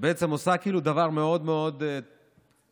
שבעצם עושה דבר מאוד מאוד טריוויאלי,